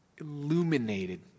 illuminated